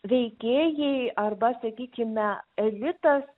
veikėjai arba sakykime elitas